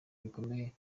bikomeye